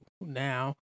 Now